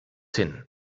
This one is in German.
hin